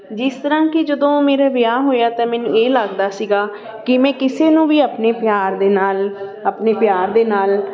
ਜਿਸ ਤਰ੍ਹਾਂ ਕਿ ਜਦੋਂ ਮੇਰਾ ਵਿਆਹ ਹੋਇਆ ਤਾਂ ਮੈਨੂੰ ਇਹ ਲੱਗਦਾ ਸੀਗਾ ਕਿ ਮੈਂ ਕਿਸੇ ਨੂੰ ਵੀ ਆਪਣੇ ਪਿਆਰ ਦੇ ਨਾਲ ਆਪਣੇ ਪਿਆਰ ਦੇ ਨਾਲ